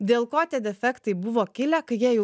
dėl ko tie defektai buvo kilę kai jie jau